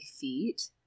feet